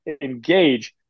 engage